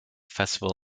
festival